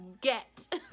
Get